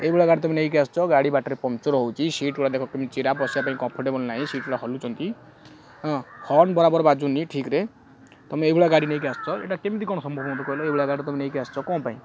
ଏଇଭଳିଆ ଗାଡ଼ି ତମେ ନେଇକି ଆସିଛ ଗାଡ଼ି ବାଟରେ ପଙ୍କ୍ଚର୍ ହେଉଛି ସିଟ୍ ଗୁଡ଼ା ଦେଖ କେମିତି ଚିରା ବସିବା ପାଇଁ କମ୍ଫର୍ଟେବଲ୍ ନାହିଁ ସିଟ୍ ଗୁଡ଼ା ହଲୁଛନ୍ତି ହଁ ହର୍ନ ବରାବର ବାଜୁନି ଠିକ୍ରେ ତମେ ଏଇଭଳିଆ ଗାଡ଼ି ନେଇକି ଆସିଛ ଏଟା କେମିତି କଣ ସମ୍ଭବ ମୋତେ କହିଲେ ଏଇଭଳିଆ ଗାଡ଼ି ତମେ ନେଇକି ଆସିଛ କଣ ପାଇଁ